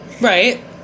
Right